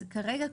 אז כרגע,